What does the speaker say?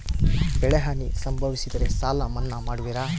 ಬೆಳೆಹಾನಿ ಸಂಭವಿಸಿದರೆ ಸಾಲ ಮನ್ನಾ ಮಾಡುವಿರ?